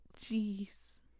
Jeez